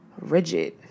rigid